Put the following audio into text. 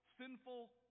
sinful